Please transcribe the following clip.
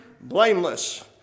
blameless